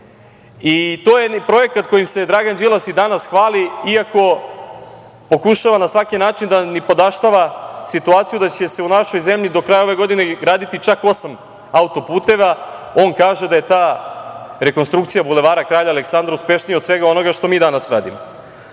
je projekat kojim se Dragan Đilas i danas hvali, iako pokušava na svaki način da nipodaštava situaciju da će se u našoj zemlji do kraja ove godine graditi čak osam autoputeva. On kaže da je ta rekonstrukcija Bulevara kralja Aleksandra uspešnija od svega onoga što mi danas